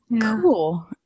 Cool